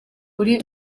kuri